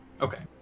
Okay